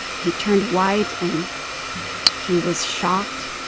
he turned white, and he was shocked.